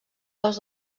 dels